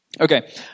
Okay